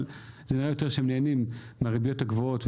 אבל נראה יותר שהם נהנים מהריביות הגבוהות,